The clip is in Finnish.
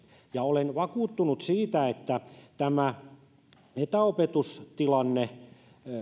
ja olen vakuuttunut siitä että tämä etäopetustilanne